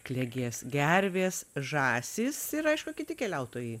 klegės gervės žąsys ir aišku kiti keliautojai